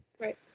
Right